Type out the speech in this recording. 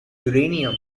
uranium